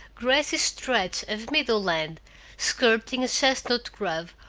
grassy stretch of meadow-land, skirting a chestnut-grove,